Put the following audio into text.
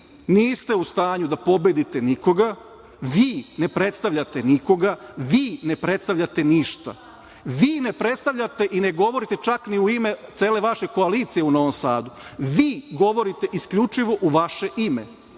niste u stanju da pobedite nikoga. Vi ne predstavljate nikoga. Vi ne predstavljate ništa. Vi ne predstavljate i ne govorite čak ni u ime cele vaše koalicije u Novom Sadu. Vi govorite isključivo u vaše ime.